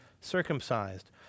circumcised